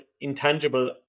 intangible